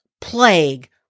plague